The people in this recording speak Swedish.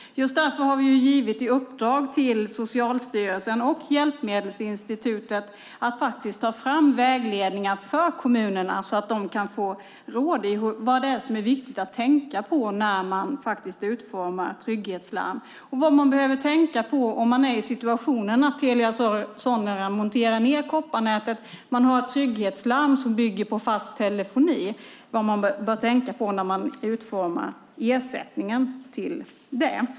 Just därför har vi givit i uppdrag till Socialstyrelsen och Hjälpmedelsinstitutet att ta fram vägledningar för kommunerna så att de kan få råd i vad som är viktigt att tänka på när trygghetslarm utformas, vad man behöver tänka på i situationer då Telia Sonera monterar ned kopparnätet och trygghetslarmen bygger på fast telefoni och vad man behöver tänka på vid utformningen av ersättningen till det.